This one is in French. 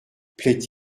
plaît